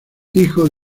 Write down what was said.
hijo